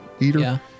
eater